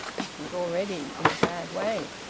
which was already in a bad way.